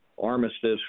armistice